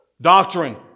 doctrine